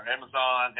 Amazon